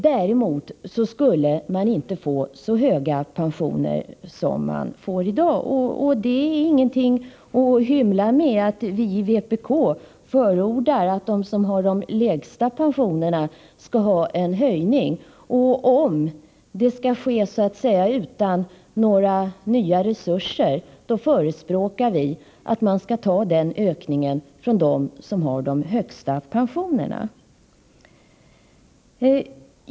Däremot skulle man inte få så höga pensioner som man i dag har. Det är ingenting att hymla med att vi i vpk förordar att de som har de lägsta pensionerna skall få en höjning. Om det skall ske så att säga utan några nya resurser, förespråkar vi att man tar från dem som har de högsta pensionerna.